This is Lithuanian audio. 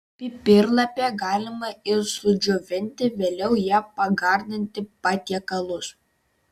pipirlapę galima ir sudžiovinti vėliau ja pagardinti patiekalus